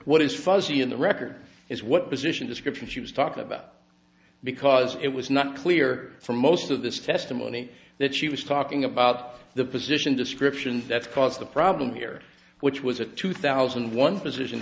what is fuzzy in the record is what position description she was talking about because it was not clear for most of this testimony that she was talking about the position descriptions that caused the problem here which was a two thousand and one p